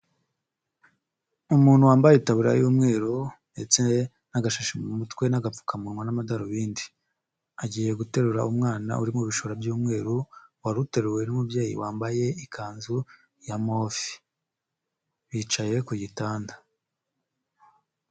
Umuntu wambaye itaburiya y'umweru ndetse n'agashashi mu mutwe n'agapfukamunwa n'amadarubindi, agiye guterura umwana uri mu bishura by'umweru, wari uteruwe n'umubyeyi wambaye ikanzu ya move, bicaye ku gitanda.